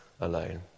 alone